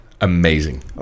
Amazing